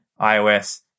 iOS